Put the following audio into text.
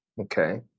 Okay